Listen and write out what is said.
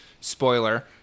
spoiler